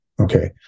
Okay